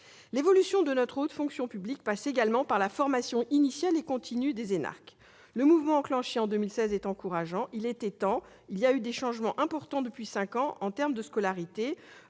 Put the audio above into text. L'évolution de notre haute fonction publique passe également par la formation initiale et continue des énarques. Le mouvement enclenché en 2016 est encourageant : il était temps ! Des changements importants ont été engagés depuis